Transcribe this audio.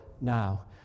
now